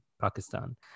Pakistan